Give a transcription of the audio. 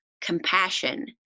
compassion